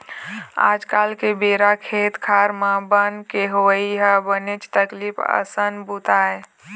आज के बेरा खेत खार म बन के होवई ह बनेच तकलीफ असन बूता आय